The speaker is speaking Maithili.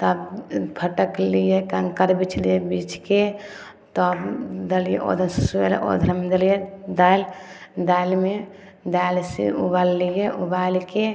तब फटकलियै कङ्कड़ बिछलियै बीछि कऽ तब देलियै अदहन सुसुएलै अदहनमे देलियै दालि दालिमे दालि से उबाललियै उबालि कऽ